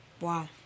Wow